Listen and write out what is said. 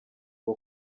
ngo